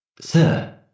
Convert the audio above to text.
Sir